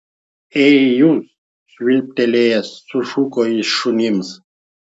ei jūs švilptelėjęs sušuko jis šunims